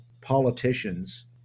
politicians